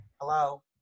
Hello